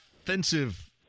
offensive –